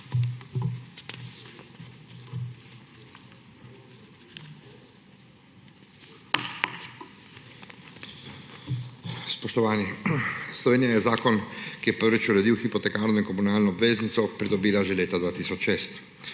Spoštovani! Slovenija je zakon, ki je prvič uredil hipotekarno in komunalno obveznico, pridobila že leta 2006.